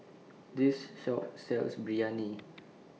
This Shop sells Biryani